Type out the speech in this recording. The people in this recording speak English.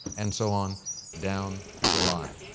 and so on down the line.